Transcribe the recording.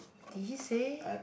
did he say